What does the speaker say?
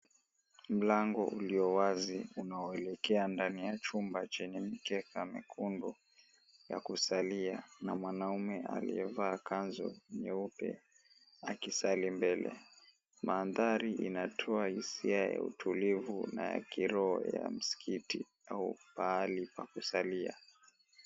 Mlango ulio wazi unaoelekea ndani ya chumba chenye mkeka mwekundu ya kusalia na mwanaume aliyevaa kanzu nyeupe akisali mbele. Mandhari inatoa hisia ya utulivu na ya kiroho ya msikiti au pahali pa kusalia.